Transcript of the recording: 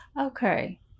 Okay